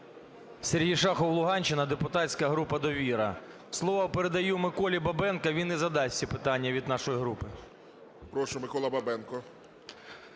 Сергій Шахов, Луганщина, депутатська група "Довіра". Слово передаю Миколі Бабенко, він і задасть питання від нашої групи. ГОЛОВУЮЧИЙ. Прошу, Микола Бабенко.